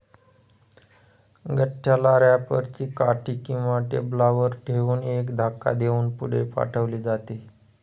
गठ्ठ्याला रॅपर ची काठी किंवा टेबलावर ठेवून एक धक्का देऊन पुढे पाठवले जाते